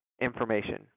information